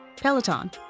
peloton